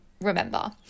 remember